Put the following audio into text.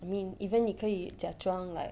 I mean even 你可以假装 like